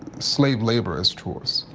slave labor as chores.